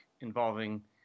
involving